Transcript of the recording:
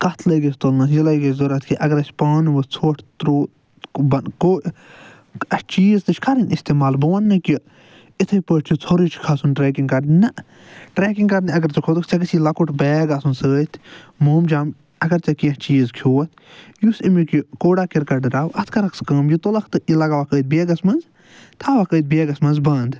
کٔتھ لگہِ اَسہِ تُلنس یہ لگہِ اسہِ ضروٗرت کہِ اگر اَسہِ پانہٕ وۄنۍ ژھۄٹھ ترٛوو گوٚو اَسہِ چیٖز تہِ چھِ کَرٕنۍ اِستعمال بہٕ وَنہٕ نہٕ کہِ یتھٕے پٲٹھۍ چھُ ژھوٚرُے چھُ کَھسُن ٹرٛیکِنٛگ کَرنہِ نہَ ٹرٛیکِنٛگ کَرنہِ اگر ژٕ کھوٚتُکھ ژےٚ گژھِ لۄکُٹ بیگ آسُن سۭتۍ مومجام اگر ژےٚ کیٚنٛہہ چیٖز کھٮ۪ووَتھ یُس امیُک یہِ کوڑا کرکٹ درٛاو اَتھ کَرکھ ژٕ کٲم یہِ تُلکھ تہٕ یہِ لگاوَکھ أتھۍ بیگس منٛز تھاوَکھ أتھۍ بیگس منٛز بنٛد